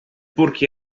porque